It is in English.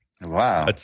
Wow